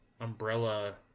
umbrella